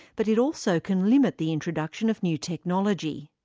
but it also can limit the introduction of new technology.